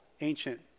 ancient